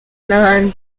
n’ahandi